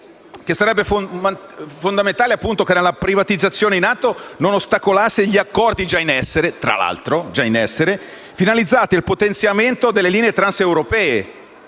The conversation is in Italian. altresì, fondamentale che la privatizzazione in atto non ostacolasse gli accordi già in essere, finalizzati al potenziamento delle linee *trans* europee,